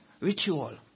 ritual